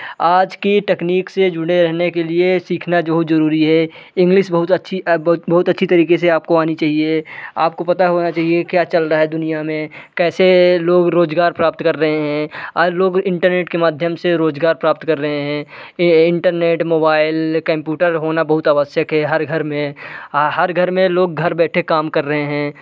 आज की टेकनीक से जुड़े रहने के लिए सीखना बहुत ज़रूरी है इंग्लिश बहुत अच्छी बहुत अच्छी तरीके से आपको आनी चाहिए आपको पता होना चाहिए क्या चल रहा है दुनिया में कैसे लोग रोज़गार प्राप्त कर रहे हैं और लोग इंटरनेट के माध्यम से रोज़गार प्राप्त कर रहे हैं ये इंटरनेट मोबाइल कंप्यूटर होना बहुत आवश्यक है हर घर में हर घर में लोग घर बैठे काम कर रहे हैं